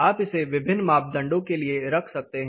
आप इसे विभिन्न मापदंडों के लिए रख सकते हैं